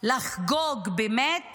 לחגוג באמת